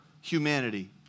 humanity